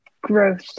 growth